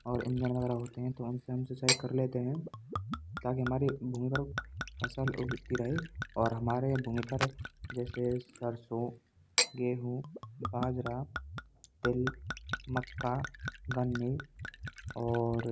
और इंजन वगेरा होते हैं तो हम उससे हम सिंचाई कर लेते हैं ताकि हमारी घूघरू फसल उगती रहे और हमारे यहाँ भूमी पर जैसे सरसों गेहूँ बाजरा तिल मक्का गन्ने और